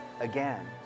again